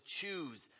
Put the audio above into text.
choose